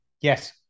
yes